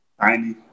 Tiny